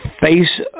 face